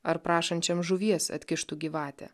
ar prašančiam žuvies atkištų gyvatę